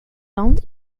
land